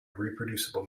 reproducible